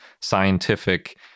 scientific